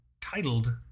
titled